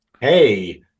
hey